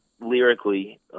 lyrically